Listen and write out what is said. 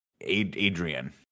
Adrian